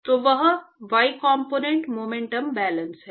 तो वह y component momentum balance है